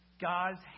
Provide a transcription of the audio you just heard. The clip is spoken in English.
God's